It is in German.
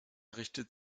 richtet